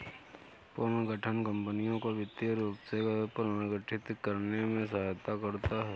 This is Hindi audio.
पुनर्गठन कंपनियों को वित्तीय रूप से पुनर्गठित करने में सहायता करता हैं